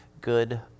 good